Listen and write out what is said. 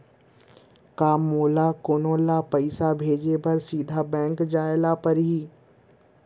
का मोला कोनो ल पइसा भेजे बर सीधा बैंक जाय ला परही?